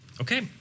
Okay